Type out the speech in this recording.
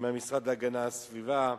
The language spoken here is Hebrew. עם המשרד להגנת הסביבה,